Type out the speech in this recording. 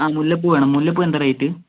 ആ മുല്ല പൂവ് വേണം മുല്ലപ്പൂവ് എന്താ റേറ്റ്